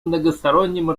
многосторонним